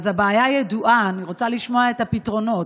אז הבעיה ידועה, אני רוצה לשמוע את הפתרונות.